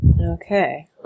Okay